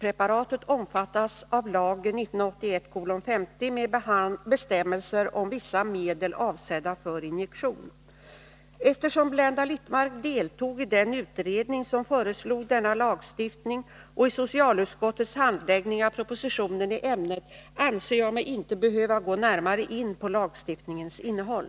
Eftersom Blenda Littmarck deltog i den utredning som föreslog denna lagstiftning och i socialutskottets handläggning av propositionen i ämnet, anser jag mig inte behöva gå närmare in på lagstiftningens innehåll.